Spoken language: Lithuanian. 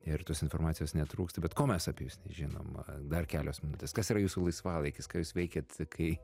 ir tos informacijos netrūksta bet ko mes apie jus nežinoma dar kelios minutės kas yra jūsų laisvalaikis ką jūs veikiat kai